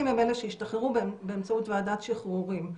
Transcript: הם אלה שהשתחררו באמצעות ועדת שחרורים,